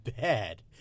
bad